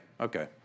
Okay